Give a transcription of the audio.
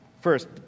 First